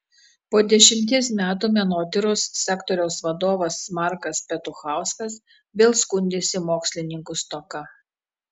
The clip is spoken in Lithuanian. po dešimties metų menotyros sektoriaus vadovas markas petuchauskas vėl skundėsi mokslininkų stoka